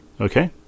Okay